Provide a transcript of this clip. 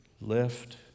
left